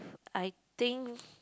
I think